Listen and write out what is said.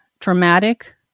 traumatic